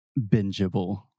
bingeable